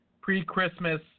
Pre-Christmas